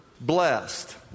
blessed